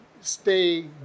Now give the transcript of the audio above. stay